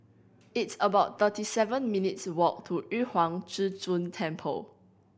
it's about thirty seven minutes' walk to Yu Huang Zhi Zun Temple